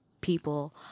people